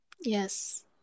Yes